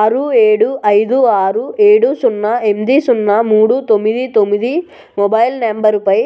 ఆరు ఏడు ఐదు ఆరు ఏడు సున్నా ఎనిమిది సున్నా మూడు తొమిది తొమ్మిది మొబైల్ నంబరుపై